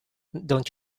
don’t